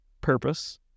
purpose